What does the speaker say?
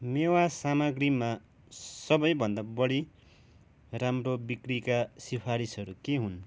मेवा सामाग्रीमा सबैभन्दा बढी राम्रो बिक्रीका सिफारिसहरू के हुन्